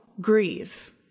grieve